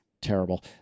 terrible